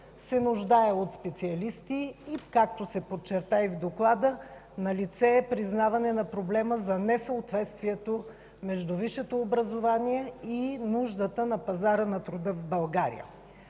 се нуждае от специалисти и както се подчерта и в доклада, налице е признаване на проблема за несъответствието между висшето образование и нуждата на пазара на труда в България.